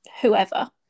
whoever